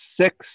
six